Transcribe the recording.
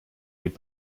mit